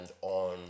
on